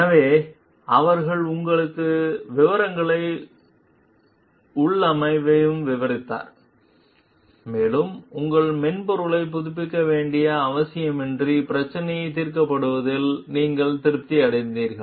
எனவே அவர் உங்களுக்கு விவரங்களை உள்ளமைவை விவரித்தார் மேலும் உங்கள் மென்பொருளைப் புதுப்பிக்க வேண்டிய அவசியமின்றி பிரச்சினை தீர்க்கப்பட்டதில் நீங்கள் திருப்தி அடைகிறீர்கள்